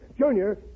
Junior